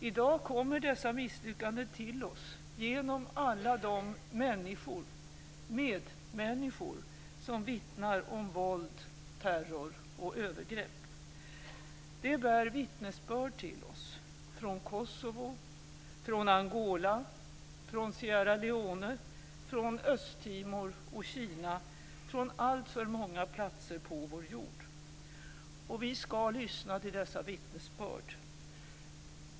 I dag kommer dessa misslyckanden till oss genom alla de människor - medmänniskor - som vittnar om våld, terror och övergrepp. De bär vittnesbörd till oss från Kosovo, från Angola, från Sierra Leone, från Östtimor och Kina, från alltför många platser på vår jord. Vi skall lyssna till deras vittnesbörd.